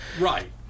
Right